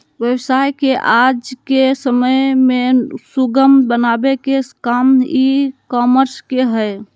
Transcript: व्यवसाय के आज के समय में सुगम बनावे के काम ई कॉमर्स के हय